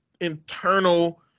internal